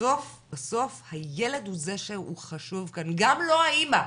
שבסוף הילד הוא זה שחשוב כאן, גם לא האימא.